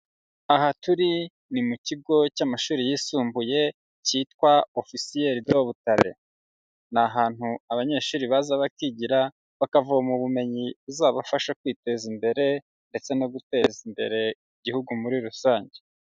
Aha turi ni mu kigo cy'amashuri yisumbuye cyitwa Ofisiyeri do Butare, ni ahantu abanyeshuri baza bakigira bakavoma ubumenyi buzabafasha kwiteza imbere ndetse no guteza imbere igihugu muri rusange.